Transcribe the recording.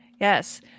Yes